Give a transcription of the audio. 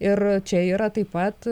ir čia yra taip pat